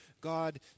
God